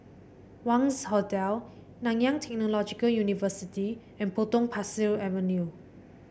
Wangz Hotel Nanyang Technological University and Potong Pasir Avenue